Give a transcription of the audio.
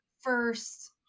first